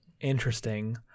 interesting